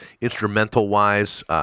instrumental-wise